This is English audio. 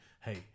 hey